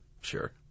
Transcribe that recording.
sure